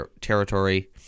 territory